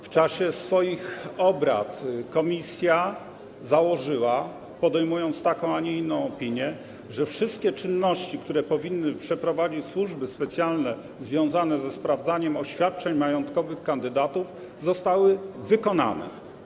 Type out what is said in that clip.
W czasie swoich obrad komisja założyła, podejmując taką, a nie inną opinię, że wszystkie czynności, które powinny przeprowadzić służby specjalne związane ze sprawdzaniem oświadczeń majątkowych kandydatów, zostały wykonane.